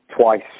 twice